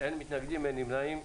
הצבעה בעד, 5 נגד, אין נמנעים,